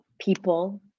people